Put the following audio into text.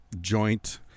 joint